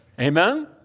Amen